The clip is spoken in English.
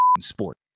sport